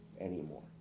anymore